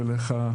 ולך,